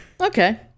Okay